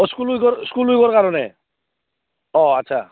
অঁ স্কুল উইকৰ স্কুল উইকৰ কাৰণে অঁ আচ্ছা